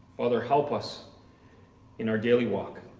father help us in our daily walk,